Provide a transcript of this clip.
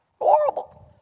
Horrible